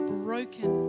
broken